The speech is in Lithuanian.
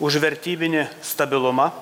už vertybinį stabilumą